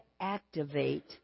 activate